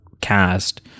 cast